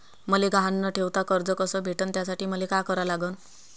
मले गहान न ठेवता कर्ज कस भेटन त्यासाठी मले का करा लागन?